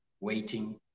waiting